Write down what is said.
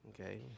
Okay